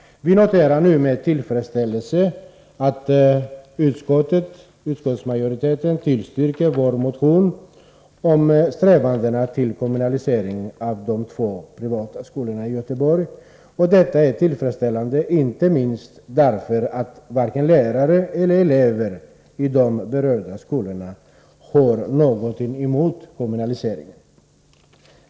Vi noterar nu med tillfredsställelse att utskottsmajoriteten tillstyrker vår motion om strävandena till kommunalisering av de två privata skolorna i Göteborg. Detta är inte minst tillfredsställande därför att varken lärare eller elever i de berörda skolorna har någonting emot kommunaliseringen.